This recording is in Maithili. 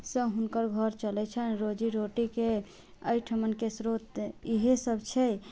सँ हुनकर घर चलै छनि रोजीरोटीके अइठमनके स्रोत इएहे सब छै